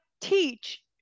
teach